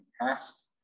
past